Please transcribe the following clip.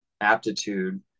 aptitude